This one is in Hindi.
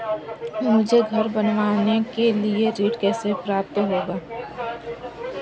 मुझे घर बनवाने के लिए ऋण कैसे प्राप्त होगा?